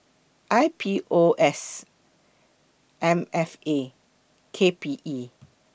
I P O S M F A and K P E